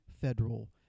federal